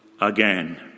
again